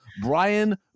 Brian